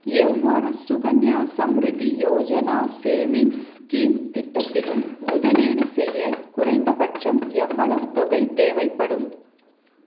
எவ்வொரு Sukanya Samriddhi Yojana savings scheme திட்டத்திலும் முதலீடு செய்ய குறைந்தபட்சம் எவ்வளவு தொகை தேவைப்படும்